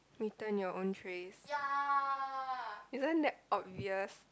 return your own trays isn't that obvious